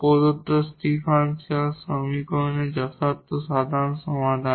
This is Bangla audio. প্রদত্ত হোমোজিনিয়াস ডিফারেনশিয়াল সমীকরণের সাধারণ সমাধান